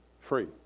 Free